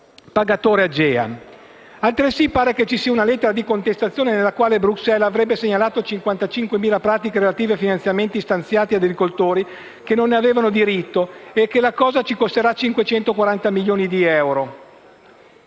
pagatore AGEA. Pare altresì che ci sia una lettera di contestazione nella quale Bruxelles avrebbe segnalato 55.000 pratiche relative a finanziamenti stanziati ad agricoltori che non ne avevano diritto, e che la cosa ci costerà 540 milioni di euro.